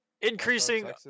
Increasing